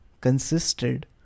consisted